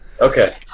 Okay